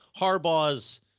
Harbaugh's